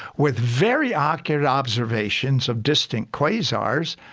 with very accurate observations of distant quasars,